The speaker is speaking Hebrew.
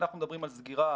אנחנו מדברים על סגירה